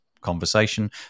conversation